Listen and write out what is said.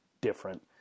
different